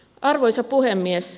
arvoisa puhemies